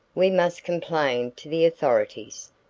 we must complain to the authorities,